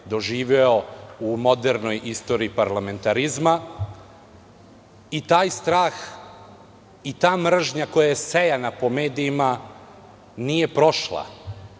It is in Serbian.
doživeo u modernoj istoriji parlamentarizma. Taj strah i ta mržnja koja je sejana po medijima nije prošla.